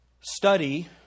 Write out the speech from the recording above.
study